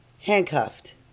handcuffed